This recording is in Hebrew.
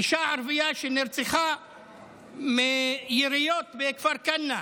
אישה ערבייה שנרצחה מיריות בכפר כנא.